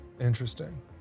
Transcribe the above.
interesting